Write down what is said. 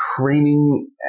training